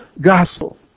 gospel